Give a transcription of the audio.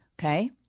Okay